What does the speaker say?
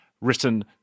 written